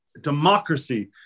democracy